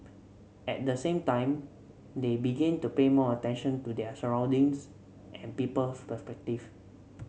at the same time they begin to pay more attention to their surroundings and people's perspective